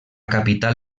capital